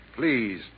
Please